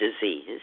disease